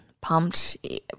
pumped